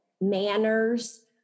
manners